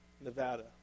Nevada